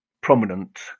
prominent